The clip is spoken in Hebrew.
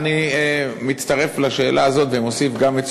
ואני מצטרף לשאלה הזאת ומוסיף גם את